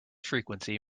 frequency